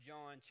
John